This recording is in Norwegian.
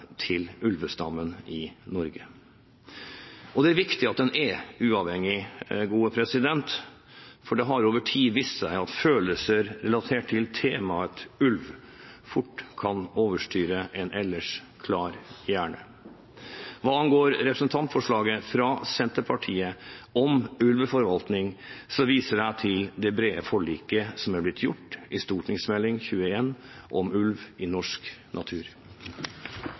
til ulvestammen i Norge. Det er viktig at den er uavhengig, for det har over tid vist seg at følelser relatert til temaet ulv fort kan overstyre en ellers klar hjerne. Hva angår representantforslaget fra Senterpartiet om ulveforvaltning, viser jeg til det brede forliket som er blitt gjort i forbindelse med Meld. St. 21, Ulv i norsk natur.